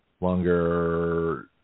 longer